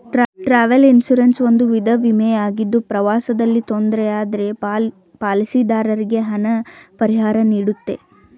travel insurance ಒಂದು ವಿಧ ವಿಮೆ ಆಗಿದ್ದು ಪ್ರವಾಸದಲ್ಲಿ ತೊಂದ್ರೆ ಆದ್ರೆ ಪಾಲಿಸಿದಾರರಿಗೆ ಹಣ ಪರಿಹಾರನೀಡುತ್ತೆ